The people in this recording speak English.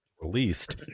released